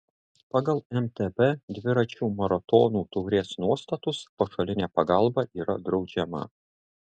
pagal mtb dviračių maratonų taurės nuostatus pašalinė pagalba yra draudžiama